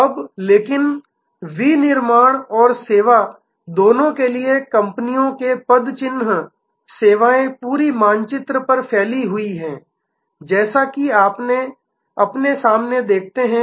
अब लेकिन विनिर्माण और सेवा दोनों के लिए कंपनियों के पदचिह्न सेवाएं पूरे मानचित्र पर फैली हुई हैं जैसा कि आप अपने सामने देखते हैं